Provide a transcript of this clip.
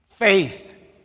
Faith